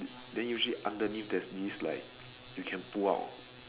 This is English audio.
then usually underneath there's this like you can pull out